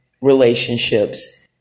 relationships